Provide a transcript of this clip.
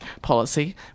policy